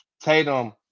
Tatum